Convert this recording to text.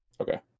Okay